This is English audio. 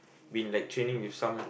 been like training with some